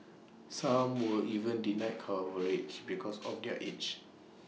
some were even denied coverage because of their age